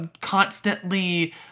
Constantly